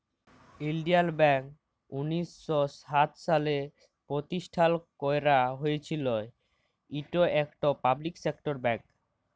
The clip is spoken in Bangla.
ইলডিয়াল ব্যাংক উনিশ শ সাত সালে পরতিষ্ঠাল ক্যারা হঁইয়েছিল, ইট ইকট পাবলিক সেক্টর ব্যাংক